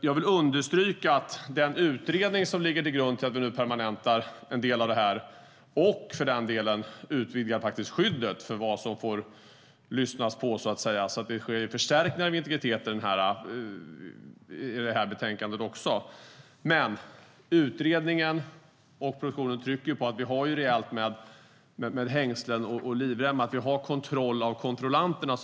Jag vill understryka att den utredning som nu ligger till grund till att vi nu permanentar en del av detta och också utvidgar skyddet när det gäller vad man får lyssna på, så att det alltså sker en förstärkning av integriteten, förutsätter att vi har rejält med hängslen och livremmar. Vi ska så att säga ha kontroll över kontrollanterna.